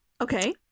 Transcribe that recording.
okay